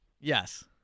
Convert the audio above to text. Yes